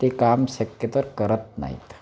ते काम शक्यतर करत नाहीत